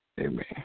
Amen